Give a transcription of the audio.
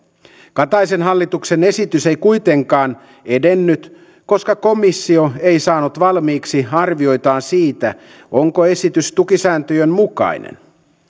kataisen hallituksen esitys ei kuitenkaan edennyt koska komissio ei saanut valmiiksi arvioitaan siitä onko esitys tukisääntöjen mukainen